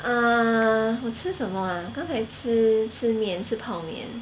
err 我吃什么 ah 刚才吃吃面吃泡面